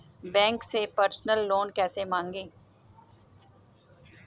Bank से personal loan कैसे मांगें?